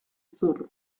sur